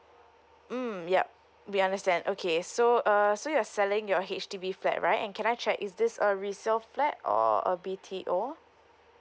mm yup we understand okay so uh so you're selling your H_D_B flat right and can I check is this a resale flat or a B_T_O